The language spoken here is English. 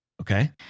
Okay